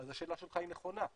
אז השאלה שלך היא נכונה,